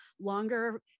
longer